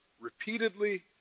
repeatedly